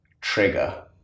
trigger